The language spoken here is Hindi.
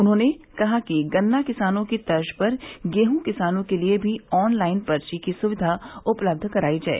उन्होंने बताया कि गन्ना किसानों की तर्ज पर गेहूँ किसानों के लिये भी ऑनलाइन पर्ची की सुविधा उपलब्ध करायी जाय